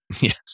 Yes